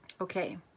Okay